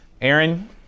Aaron